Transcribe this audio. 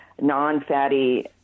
non-fatty